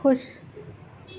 खु़शि